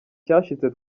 cyashize